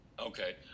okay